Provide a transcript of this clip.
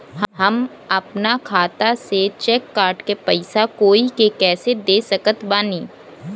हम अपना खाता से चेक काट के पैसा कोई के कैसे दे सकत बानी?